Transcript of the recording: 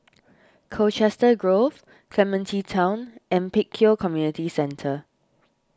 Colchester Grove Clementi Town and Pek Kio Community Centre